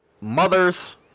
mothers